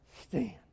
stand